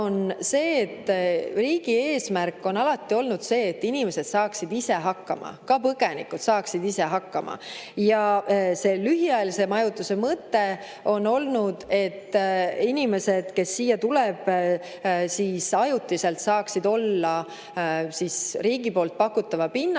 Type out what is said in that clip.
Teiseks, riigi eesmärk on alati olnud see, et inimesed saaksid ise hakkama, ka põgenikud saaksid ise hakkama. Ja lühiajalise majutuse mõte on olnud see, et inimesed, kes siia tulevad, ajutiselt saaksid olla riigi pakutava pinna